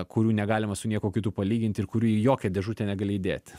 kurių negalima su niekuo kitu palyginti ir kurių į jokią dėžutę negali įdėt